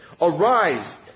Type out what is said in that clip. arise